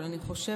אבל אני חושבת